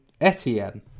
Etienne